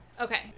Okay